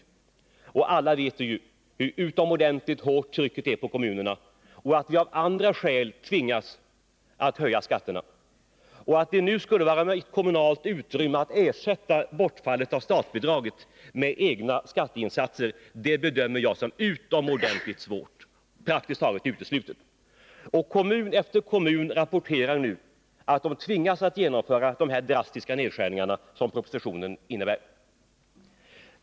Vi vet alla hur utomordentligt hårt trycket är på kommunerna och att vi av andra skäl tvingas höja skatterna. Att det nu skulle finnas kommunalt utrymme att ersätta bortfallet av statsbidraget med egna skatteinsatser bedömer jag som utomordentligt svårt, praktiskt taget uteslutet. Kommun efter kommun rapporterar nu att de tvingas genomföra de här drastiska nedskärningarna som propositionen innebär.